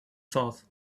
thought